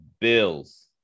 Bills